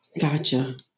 Gotcha